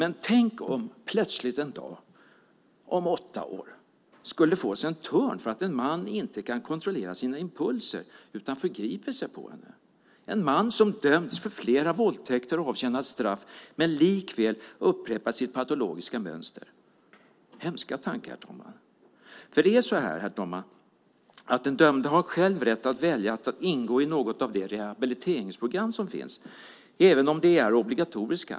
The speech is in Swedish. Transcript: Men tänk om den plötsligt en dag om åtta år skulle få sig en törn för att en man - som dömts för flera våldtäkter och avtjänat straff men likväl upprepar sitt patologiska mönster - inte kan kontrollera sina impulser utan förgriper sig på henne! Hemska tanke! Det är så här, herr talman, att den dömde själv har rätt att välja att ingå i något av de rehabiliteringsprogram som finns även om de är obligatoriska.